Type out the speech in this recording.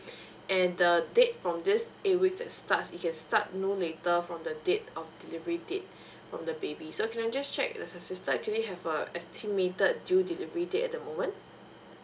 and the date from this eight weeks that starts it can start no later from the date of delivery date for the baby so can I just check does your sister actually have a estimated due delivery date at the moment